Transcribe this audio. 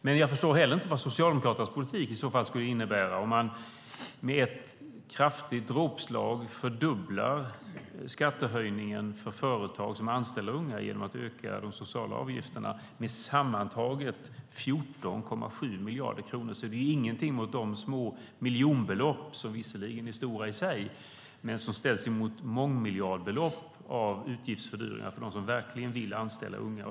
Men jag förstår heller inte vad Socialdemokraternas politik i så fall skulle innebära, om man med ett dråpslag fördubblar skattehöjningen för företag som anställer unga genom att öka de sociala avgifterna med sammantaget 14,7 miljarder kronor. Det är ingenting mot de små miljonbeloppen. De är visserligen stora i sig, men de ställs mot mångmiljardbelopp i fråga om utgiftsfördyringar för dem som verkligen vill anställa unga.